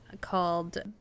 called